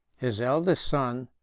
his eldest son,